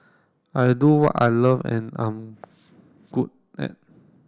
I do what I love and I am good at